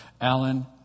Alan